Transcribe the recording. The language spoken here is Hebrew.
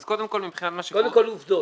אז קודם כל -- קודם כל עובדות,